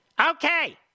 Okay